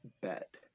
bet